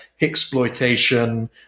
exploitation